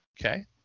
Okay